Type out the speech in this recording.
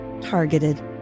Targeted